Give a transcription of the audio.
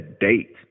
date